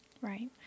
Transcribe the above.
Right